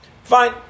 Fine